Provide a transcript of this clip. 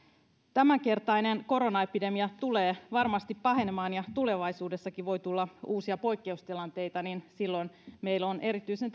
tämänkertainen koronaepidemia tulee varmasti pahenemaan ja kun tulevaisuudessakin voi tulla uusia poikkeustilanteita niin silloin meille on erityisen